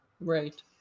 Right